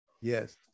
Yes